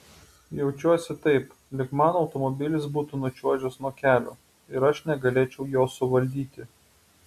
jaučiuosi taip lyg mano automobilis būtų nučiuožęs nuo kelio ir aš negalėčiau jo suvaldyti